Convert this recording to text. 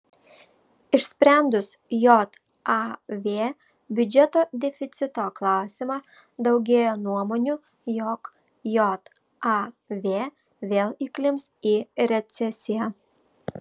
išsprendus jav biudžeto deficito klausimą daugėja nuomonių jog jav vėl įklimps į recesiją